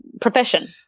profession